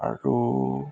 আৰু